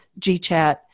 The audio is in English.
GChat